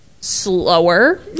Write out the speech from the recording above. slower